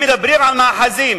אם מדברים על מאחזים